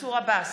מנסור עבאס,